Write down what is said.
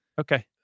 Okay